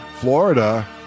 Florida